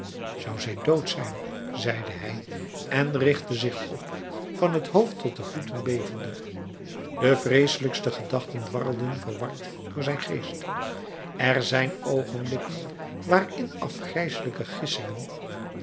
zou zij dood zijn zeide hij en richtte zich op van t hoofd tot de voeten bevende de vreeselijkste gedachten dwarlden verward door zijn geest er zijn oogenblikken waarin afgrijselijke